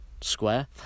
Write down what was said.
square